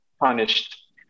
punished